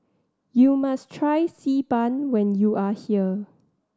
you must try Xi Ban when you are here